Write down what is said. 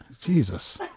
Jesus